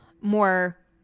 more